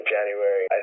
January